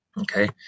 Okay